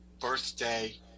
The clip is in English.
birthday